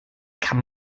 kann